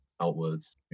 outwards